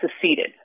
seceded